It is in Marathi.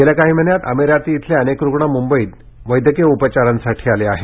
गेल्या काही महिन्यात अमिराती इथले अनेक रुग्ण मुंबईला वैद्यकीय उपचारांसाठी आले आहेत